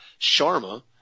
Sharma